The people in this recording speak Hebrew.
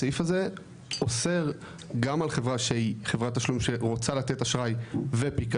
הסעיף הזה אוסר גם על חברה שהיא חברת תשלומים שרוצה לתת אשראי ופיקדון,